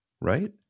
right